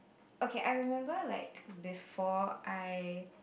okay I remember like before I